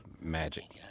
magic